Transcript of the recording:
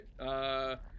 Okay